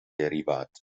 derivat